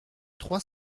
trois